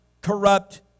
corrupt